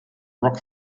rock